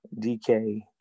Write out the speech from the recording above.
DK